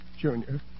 Junior